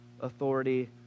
Authority